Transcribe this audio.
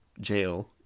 jail